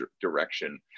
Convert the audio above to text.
direction